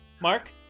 Mark